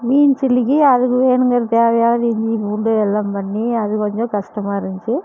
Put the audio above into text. மீன் சில்லிக்கு அதுக்கு வேணுங்கிறது தேவையானது இஞ்சி பூண்டு எல்லாம் பண்ணி அது கொஞ்சம் கஷ்டமா இருந்துச்சு